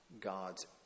God's